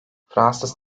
fransız